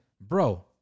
bro